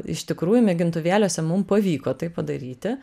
iš tikrųjų mėgintuvėliuose mum pavyko tai padaryti